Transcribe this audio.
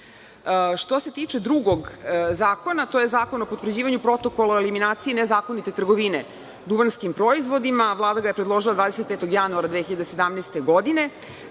se tiče drugog zakona, to je Zakon o potvrđivanju protokola o eliminaciji nezakonite trgovine duvanskim proizvodima, Vlada ga je predložila 25. januara 2017. godine.